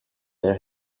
their